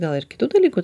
gal ir kitų dalykų